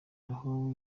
roho